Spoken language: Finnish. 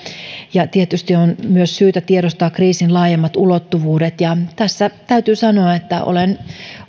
ja tietysti on myös syytä tiedostaa kriisin laajemmat ulottuvuudet ja täytyy sanoa että olen